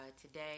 today